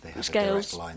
scales